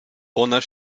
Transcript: bonner